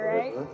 right